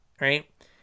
Right